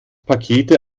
pakete